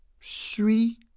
suis